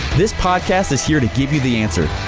this podcast is here to give you the answer.